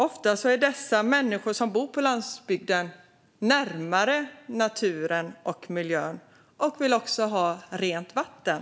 Ofta är de människor som bor på landsbygden närmare naturen och miljön, och de vill också ha rent vatten.